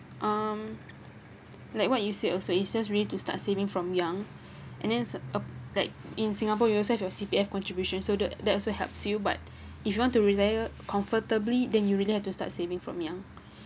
um like what you said also it's just really to start saving from young and then it's uh like in singapore you all save your C_P_F contribution so that that also helps you but if you want to retire comfortably then you really have to start saving from young